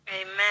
Amen